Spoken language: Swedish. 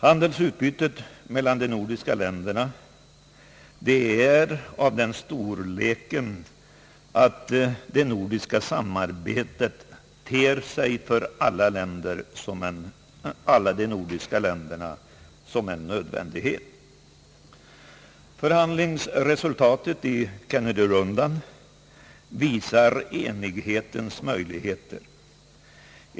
Handelsutbytet mellan de nordiska länderna är av den storleken att det nordiska samarbetet för alla de nordiska länderna ter sig som en nödvändighet. Förhandlingsresultatet i Kennedyrundan visar enighetens möjligheter.